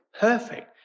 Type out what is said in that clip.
perfect